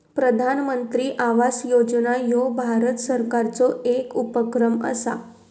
प्रधानमंत्री आवास योजना ह्यो भारत सरकारचो येक उपक्रम असा